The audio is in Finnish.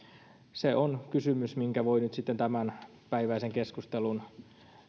se miksi he eivät tahtoneet saattaa kansanedustajaa aktiivimallin piiriin on kysymys minkä voi nyt sitten tämänpäiväisen keskustelun